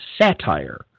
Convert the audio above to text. satire